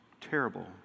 terrible